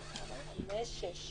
הצבעה בעד 5 נגד 6 לא אושרה.